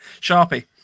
Sharpie